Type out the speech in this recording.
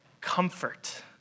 Comfort